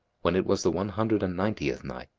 when it was the one hundred and ninetieth night,